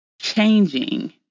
changing